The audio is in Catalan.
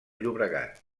llobregat